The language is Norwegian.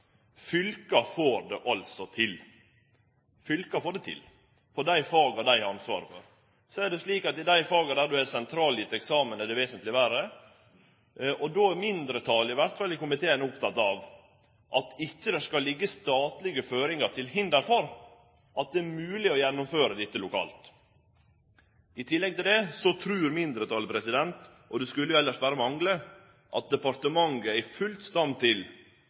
Fylka får det altså til. Fylka får det til i dei faga dei har ansvaret for. Så er det slik at i dei faga der ein har sentralt gitt eksamen er det vesentleg verre. Og då er mindretalet i komiteen i alle fall oppteke av at det ikkje skal liggje statlege føringar til hinder for at det er mogleg å gjennomføre dette lokalt. I tillegg til det trur mindretalet, og det skulle elles berre mangle, at departementet er fullt ut i stand til